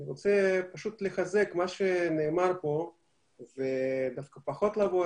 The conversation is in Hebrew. אני רוצה לחזק מה שנאמר פה ודווקא פחות לבוא